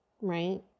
right